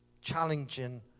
challenging